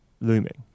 looming